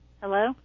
Hello